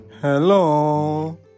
hello